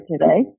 today